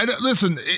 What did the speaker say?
Listen